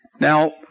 Now